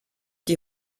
die